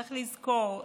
צריך לזכור,